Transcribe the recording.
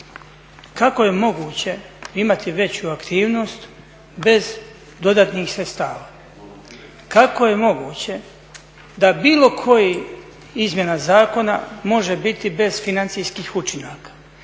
Kako je moguće imati veću aktivnost bez dodatnih sredstava, kako je moguće da bilo koje izmjene zakona može biti bez financijskih učinaka